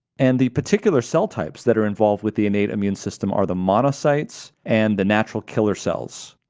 and the particular cell types that are involved with the innate immune system are the monocytes and the natural killer cells,